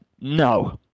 No